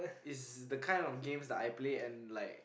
it's the kind of games that I play and like